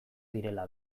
direla